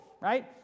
right